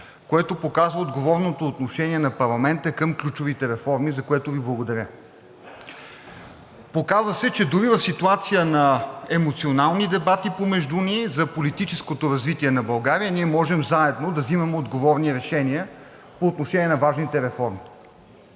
което показва отговорното отношение на парламента към ключовите реформи, за което Ви благодаря. Показа се, че дори в ситуация на емоционални дебати помежду ни за политическото развитие на България ние можем заедно да взимаме отговорни решения по отношение на важните реформи.